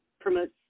promotes